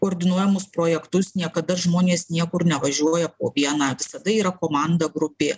koordinuojamus projektus niekada žmonės niekur nevažiuoja po vieną visada yra komanda grupė